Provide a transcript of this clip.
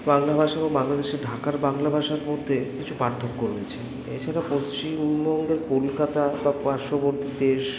বাংলা ভাষা ও বাংলাদেশের ঢাকার বাংলা ভাষার মধ্যে কিছু পার্থক্য রয়েছে এছাড়া পশ্চিমবঙ্গের কলকাতা বা পার্শ্ববর্তী দেশ